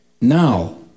Now